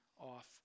off